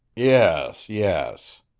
yes, yes,